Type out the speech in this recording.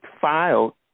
filed